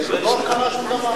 ולא קרה שום דבר.